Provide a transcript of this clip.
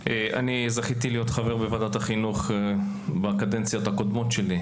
אני זכיתי להיות חבר בוועדת החינוך בקדנציות הקודמות שלי.